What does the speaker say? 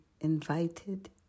invited